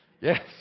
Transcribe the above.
Yes